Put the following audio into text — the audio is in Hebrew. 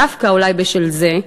דווקא אולי בשל זה,